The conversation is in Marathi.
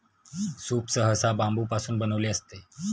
सूप सहसा बांबूपासून बनविलेले असते